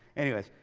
anyways,